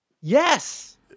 Yes